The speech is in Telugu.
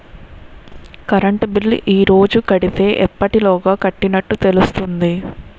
కరెంట్ బిల్లు ఈ రోజు కడితే ఎప్పటిలోగా కట్టినట్టు తెలుస్తుంది?